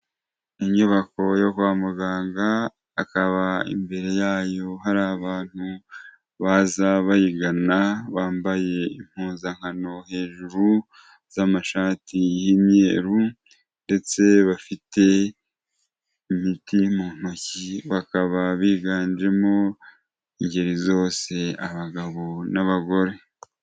Inyubako yo kwa muganga, akaba imbere yayo hari abantu baza bayigana, bambaye impuzankano hejuru z'amashati y'imyeru ndetse bafite imiti mu ntoki, bakaba biganjemo ingeri zose, abagabo n'abagore.